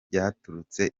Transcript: ryaturutse